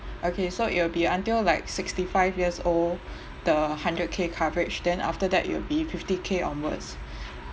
okay so it'll be until like sixty five years old the hundred K coverage then after that it will be fifty K onwards